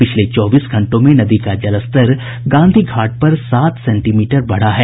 पिछले चौबीस घंटों में नदी का जलस्तर गांधी घाट पर सात सेंटीमीटर बढ़ा है